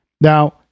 now